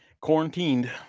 Quarantined